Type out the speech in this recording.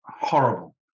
horrible